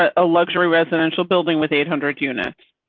ah a luxury residential building with eight hundred units.